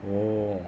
oh